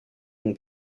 mon